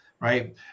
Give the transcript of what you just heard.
right